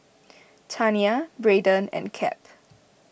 Tania Braiden and Cap